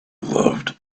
loved